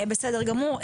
בסדר גמור.